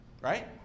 Right